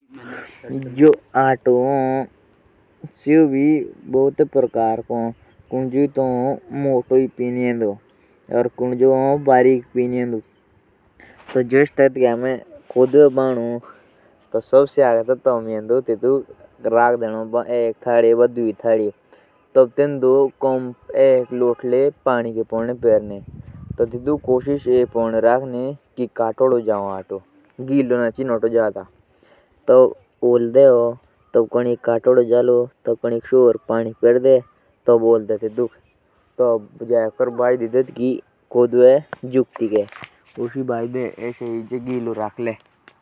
जोष आतो हूँ तो सेवो मोटौ भी हुन और पत्लौ भी। आतो अलग अलग अनाज कू हुन जोसो गेहु को कुकड़ी को कोदो को और भी बोरि अनाज को जतला इस्तेमाल आलाग अलाग पोछ्वान बद्णोक करो।